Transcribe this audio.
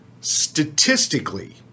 statistically